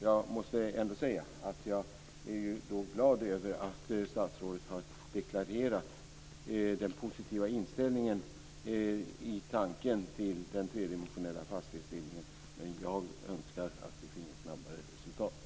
Jag måste ändå säga att jag är glad över att statsrådet har deklarerat den positiva inställningen i tanken till den tredimensionella fastighetsbildningen, men jag önskar att vi finge snabbare resultat.